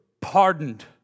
pardoned